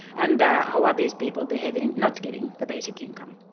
and how are these people behaving not getting the basic income?